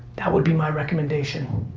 that would be my recommendation.